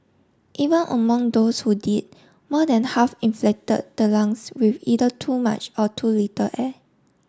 even among those who did more than half inflated the lungs with either too much or too little air